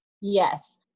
Yes